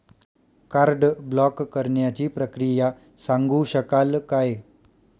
Card block करण्याची प्रक्रिया सांगू शकाल काय?